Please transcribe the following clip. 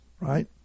right